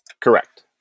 Correct